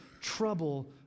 trouble